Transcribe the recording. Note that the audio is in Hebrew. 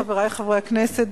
חברי חברי הכנסת,